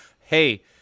hey